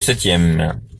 septième